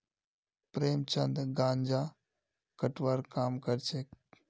प्रेमचंद गांजा कटवार काम करछेक